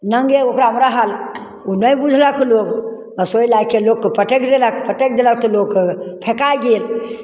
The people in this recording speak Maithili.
नंगे ओकरामे रहल ओ नहि बुझलक लोक आ सोझे लए कऽ लोकके पटकि देलक पटकि देलक तऽ लोक फेँकाय गेल